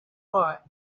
fort